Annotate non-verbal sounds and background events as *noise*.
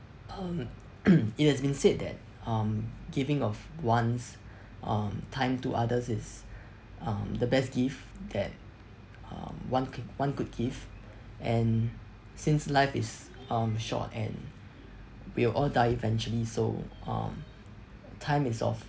um *coughs* it has been said that um giving of one's um time to others is um the best gift that um one could one could give and since life is um short and we'll all die eventually so um time is of